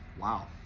wow